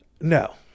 no